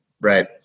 right